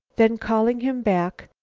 then, calling him back,